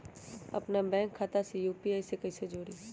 अपना बैंक खाता के यू.पी.आई से कईसे जोड़ी?